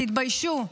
תתביישו.